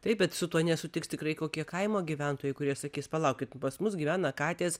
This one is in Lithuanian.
taip bet su tuo nesutiks tikrai kokie kaimo gyventojai kurie sakys palaukit pas mus gyvena katės